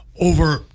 over